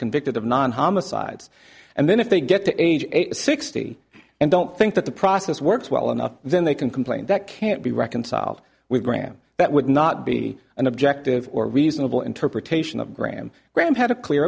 convicted of non homicides and then if they get to age sixty and don't think that the process works well enough then they can complain that can't be reconciled with graham that would not be an objective or reasonable interpretation of graham graham had a clear